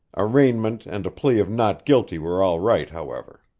arraignment and a plea of not guilty were all right, however.